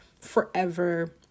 forever